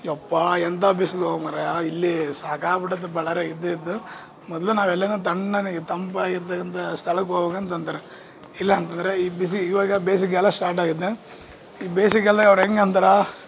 ಯಪ್ಪಾ ಎಂಥಾ ಬಿಸಿಲು ಮರಾಯ ಇಲ್ಲಿ ಸಾಕಾಗ್ಬುಟ್ಟೈತಿ ಬಳ್ಳಾರಿಗೆ ಇದ್ದು ಇದ್ದು ಮೊದಲು ನಾವೆಲ್ಲೆ ತಣ್ಣನೆ ಈ ತಂಪಾಗಿರ್ತಕ್ಕಂಥ ಸ್ಥಳಕ್ಕೆ ಹೋಬೇಕ್ ಅಂತ ಅಂತಾರೆ ಇಲ್ಲ ಅಂತಂದರೆ ಈ ಬಿಸಿ ಇವಾಗ ಬೇಸಿಗೆಗಾಲ ಸ್ಟಾರ್ಟ್ ಆಗೈತೆ ಈ ಬೇಸಿಗೆಗಾಲ್ದಲ್ಲಿ ಅವ್ರು ಹೆಂಗೆ ಅಂತಾರ